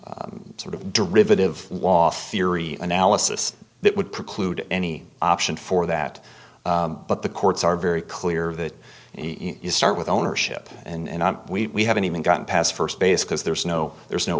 under sort of derivative law theory analysis that would preclude any option for that but the courts are very clear that you start with ownership and we haven't even gotten past st base because there's no there's no